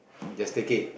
just take it